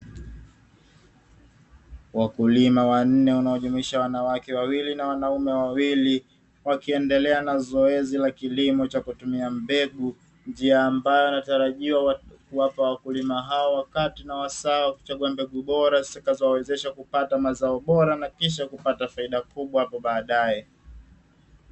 Wakulima wanne wanaojumuisha wanawake wawili na wanaume wawili wakiendelea na zoezi la kilimo cha kutumia mbegu, njia ambayo inatarajia kuwapa wakulima hawa wakati na wasaa wa kuchagua mbegu bora zitakazowawezesha kupata mazao bora na kisha kupata faida kubwa hapo baadaye.